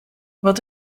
wat